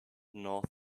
north